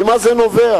ממה זה נובע?